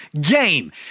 game